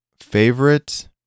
favorite